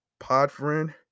Podfriend